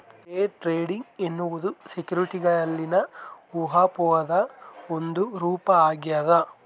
day trading ಎನ್ನುವುದು ಸೆಕ್ಯುರಿಟಿಗಳಲ್ಲಿನ ಊಹಾಪೋಹದ ಒಂದು ರೂಪ ಆಗ್ಯದ